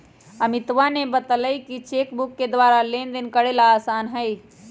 अमितवा ने बतल कई कि चेक के द्वारा लेनदेन करे ला आसान हई